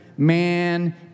Man